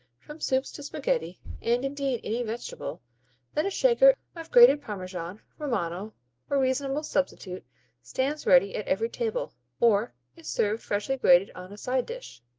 from soups to spaghetti and indeed any vegetable that a shaker of grated parmesan, romano or reasonable substitute stands ready at every table, or is served freshly grated on a side dish.